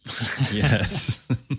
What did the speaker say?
Yes